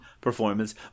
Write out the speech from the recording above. performance